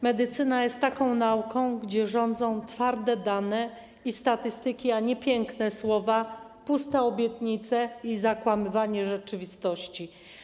Medycyna jest taką nauką, w której rządzą twarde dane i statystyki, a nie piękne słowa, puste obietnice i zakłamywanie rzeczywistości.